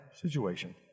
situation